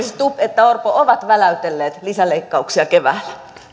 stubb että orpo kokoomuksesta ovat väläytelleet lisäleikkauksia keväällä